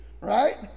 Right